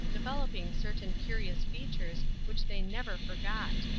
developing certain curious features which they never forgot.